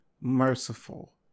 merciful